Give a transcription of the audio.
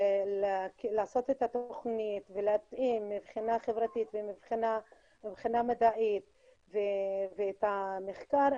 לעשות את התוכנית ולהתאים מבחינה חברתית ומבחינה מדעית ואת המחקר,